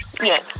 Yes